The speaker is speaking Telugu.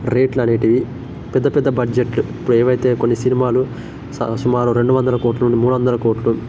రేట్లనేటివి పెద్ద పెద్ద బడ్జెట్ ఇప్పుడు ఏవయితే కొన్ని సినిమాలు స సుమారు రెండు వందల కోట్లు మూడు వందల కోట్లు